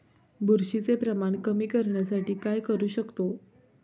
बुरशीचे प्रमाण कमी करण्यासाठी काय करू शकतो?